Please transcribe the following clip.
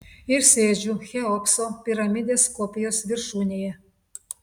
ir sėdžiu cheopso piramidės kopijos viršūnėje